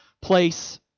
place